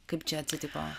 kaip čia atsitiko